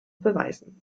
beweisen